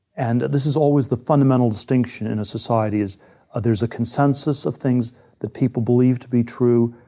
and this is always the fundamental distinction in a society is there's a consensus of things that people believe to be true.